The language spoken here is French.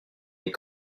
les